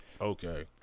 Okay